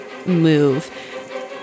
move